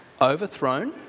overthrown